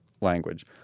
language